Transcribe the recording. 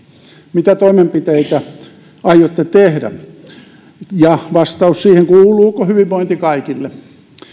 mitä toimenpiteitä aiotte tehdä näissä ja että tulee vastaus siihen kuuluuko hyvinvointi kaikille